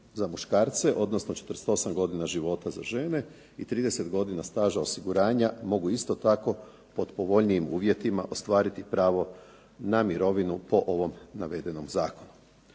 za muškarce, odnosno 48 godina života za žene i 30 godina staža osiguranja mogu isto tako pod povoljnijim uvjetima ostvariti pravo na mirovinu po ovom navedenom zakonu.